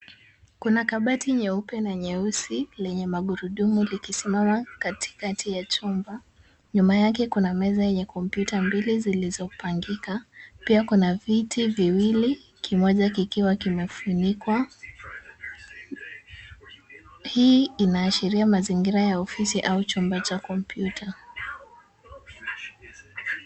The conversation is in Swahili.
Kuna kabati nyeupe na nyeusi lenye magurudumu likisimama katikati ya chumba, nyuma yake kuna meza yenye kompyuta mbili zilizopangika. Pia kuna viti viwili kimoja kikiwa kimefunikwa . Hii inaashiria mazingira ya ofisi au chumba cha kompyuta.